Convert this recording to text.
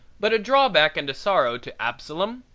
but a drawback and a sorrow to absalom,